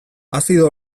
azido